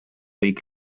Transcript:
kõik